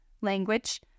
language